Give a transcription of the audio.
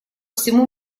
всему